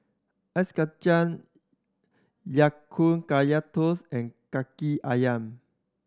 Ice Kachang Ya Kun Kaya Toast and Kaki Ayam